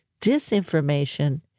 disinformation